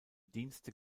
dienste